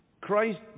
Christ